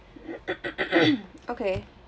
okay